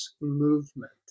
movement